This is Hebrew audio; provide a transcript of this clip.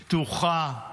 פתוחה,